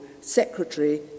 Secretary